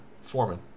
Foreman